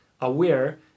aware